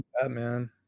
batman